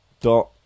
dot